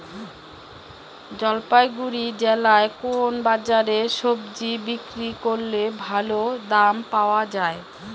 জলপাইগুড়ি জেলায় কোন বাজারে সবজি বিক্রি করলে ভালো দাম পাওয়া যায়?